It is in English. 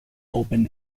open